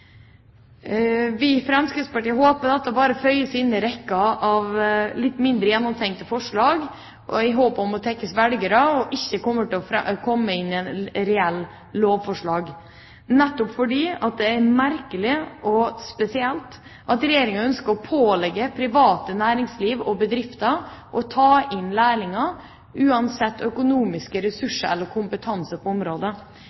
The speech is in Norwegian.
i Fremskrittspartiet håper dette bare føyer seg inn i rekken av litt mindre gjennomtenkte forslag i håp om å tekkes velgere, og ikke kommer til å komme inn i et reelt lovforslag, nettopp fordi det er merkelig og spesielt at Regjeringa ønsker å pålegge det private næringsliv og bedrifter å ta inn lærlinger uansett økonomiske